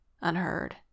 unheard